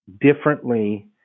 differently